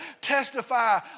testify